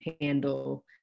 handle